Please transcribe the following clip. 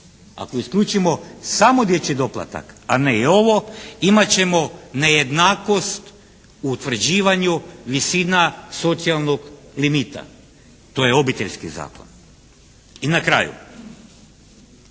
Ako isključimo samo dječji doplatak a ne i ovo imat ćemo nejednakost u utvrđivanju visina socijalnog limita. To je Obiteljski zakon. I na kraju,